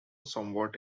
somewhat